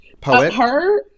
poet